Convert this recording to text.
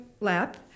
lap